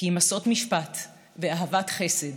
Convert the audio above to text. כי אם עשות משפט ואהבת חסד